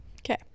Okay